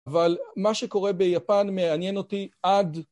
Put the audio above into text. אבל מה שקורה ביפן מעניין אותי עד...